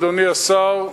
אדוני השר,